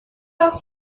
off